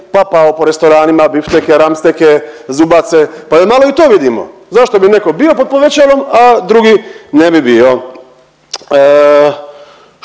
papao po restoranima bifteke, ramsteke, zubace pa da malo i to vidimo, zašto bi neko bio pod povećalom, a drugi ne bi bio. Što